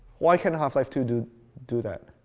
why can half-life two do do that?